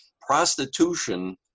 prostitution